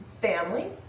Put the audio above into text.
family